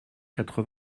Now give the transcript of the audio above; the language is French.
quatre